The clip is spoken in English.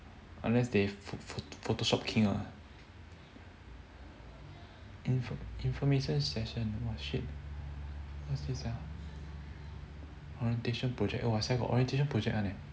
unless they pho~ photoshop king ah info information session shit what's this sia orientation project !wah! sia got orientation project one eh